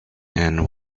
and